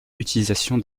utilisation